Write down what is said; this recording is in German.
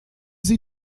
sie